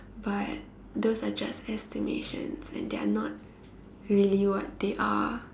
but those are just estimations and they are not really what they are